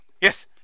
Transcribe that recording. yes